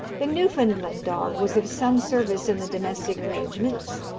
the newfoundland dog was of some service in the domestic arrangements,